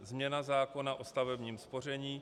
I Změna zákona o stavebním spoření.